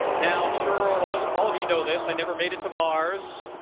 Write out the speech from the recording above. now, i'm sure all of all of you know this. i never made it to mars,